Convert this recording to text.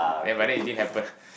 and but then it didn't happen